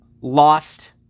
lost